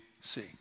see